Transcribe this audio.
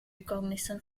recognition